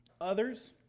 Others